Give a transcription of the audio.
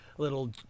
little